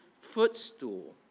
footstool